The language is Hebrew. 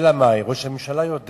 אלא מה, ראש הממשלה יודע